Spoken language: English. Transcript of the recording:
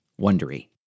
Wondery